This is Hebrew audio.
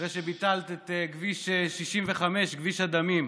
אחרי שביטלת את כביש 65, כביש הדמים.